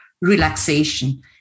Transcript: relaxation